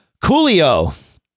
Coolio